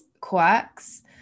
quirks